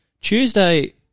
Tuesday